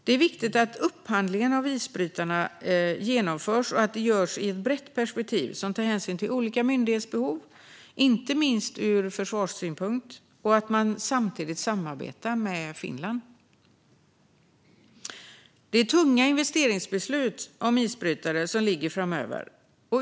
Det är viktigt att upphandlingen av isbrytare genomförs och att det görs ur ett brett perspektiv som tar hänsyn till olika myndighetsbehov, inte minst ur försvarssynpunkt, och att man samtidigt samarbetar med Finland. Det är tunga investeringsbeslut som föreligger framöver.